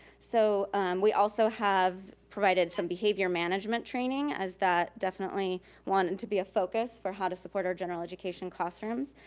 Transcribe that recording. so we also have provided some behavior management training, as that definitely wanted to be a focus for how to support our general education classrooms.